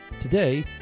Today